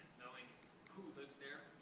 knowing who lives there